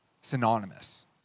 synonymous